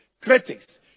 Critics